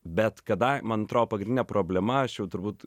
bet kada man atrodo pagrindinė problema aš jau turbūt